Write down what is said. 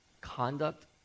conduct